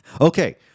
Okay